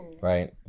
Right